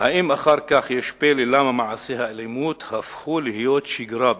האם אחר כך יש פלא למה מעשי האלימות הפכו להיות שגרה בישראל?